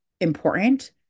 important